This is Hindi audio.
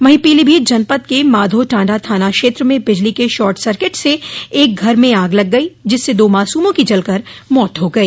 वहीं पीलीभीत जनपद के माधोटांडा थाना क्षेत्र में बिजली के शार्ट सर्किट से एक घर में आग लग गई जिससे दो मासूमों की जलकर मौत हो गई